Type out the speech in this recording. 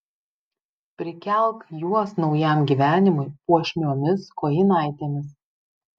prikelk juos naujam gyvenimui puošniomis kojinaitėmis